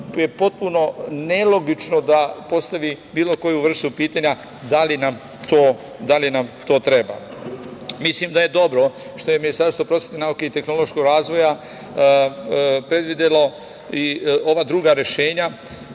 potpuno je nelogično da postavi bilo koju vrstu pitanja da li nam to treba. Mislim da je dobro što je Ministarstvo prosvete, nauke i tehnološkog razvoja predvidelo i ova druga rešenja.